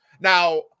Now